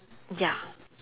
ya